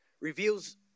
reveals